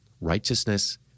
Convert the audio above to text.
righteousness